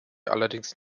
allerdings